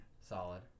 Solid